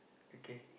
okay